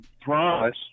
promise